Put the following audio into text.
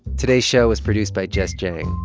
today's show is produced by jess jiang.